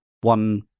one